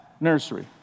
nursery